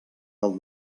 del